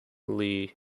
leigh